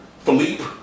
Philippe